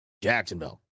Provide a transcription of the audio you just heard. Jacksonville